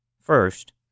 First